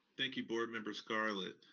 thank you, board member scarlett.